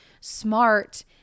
smart